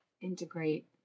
integrate